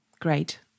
Great